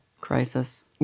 crisis